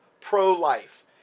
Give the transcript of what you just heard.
pro-life